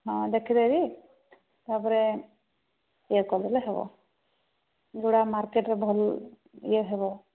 ହଁ ଦେଖିଦେବି ତାପରେ ଇଏ କରିଦେଲେ ହେବ ଗୁଡ଼ା ମାର୍କେଟରେ ଭଲ ଇଏ ହେବ